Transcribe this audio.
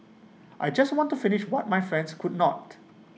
I just want to finish what my friends could not